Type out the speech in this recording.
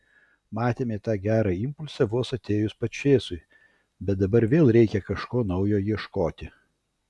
matėme tą gerą impulsą vos atėjus pačėsui bet dabar vėl reikia kažko naujo ieškoti